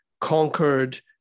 conquered